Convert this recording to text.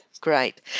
Great